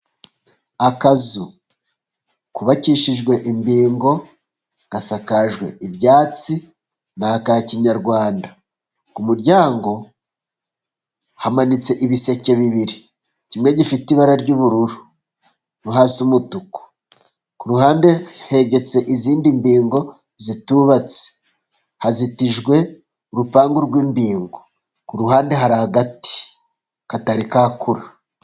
Akazu kubakishijwe imbingo, gasakajwe ibyatsi, ni aka kinyarwanda. Ku muryango hamanitse ibiseke bibiri. Kimwe gifite ibara ry'ubururu, hasi umutuku, ku ruhande hegetse izindi mbingo zitubatse. Hazitijwe urupangu rw'imbingo, ku ruhande hari agati katari kakura.